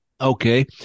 Okay